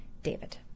David